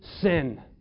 sin